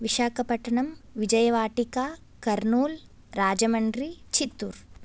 Visakhapatnam Vijayavatika Kurnool Rajahmundry Chittoor